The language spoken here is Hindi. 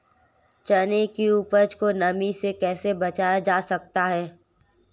चने की उपज को नमी से कैसे बचाया जा सकता है?